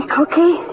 Cookie